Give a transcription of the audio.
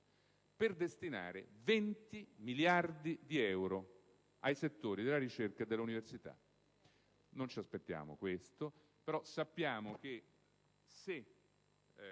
per destinare 20 miliardi di euro ai settori della ricerca e dell'università. Non ci aspettiamo questo, però sappiamo che una